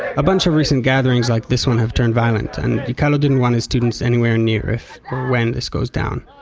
a bunch of recent gatherings like this one have turned violent, and yikealo kind of didn't want his students anywhere near if, or when, this goes down.